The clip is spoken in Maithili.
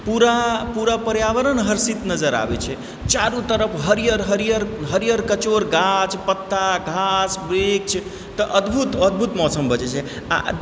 पूरा पर्यावरण हर्षित नजर आबय छै चारु तरफ हरियर हरियर हरियर कचोर गाछ पत्ता घास वृक्ष तऽ अदभुत अदभुत मौसम भऽ जाइ छै